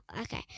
okay